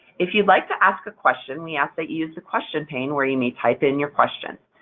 if you'd like to ask a question, we ask that you use the question pane, where you may type in your question.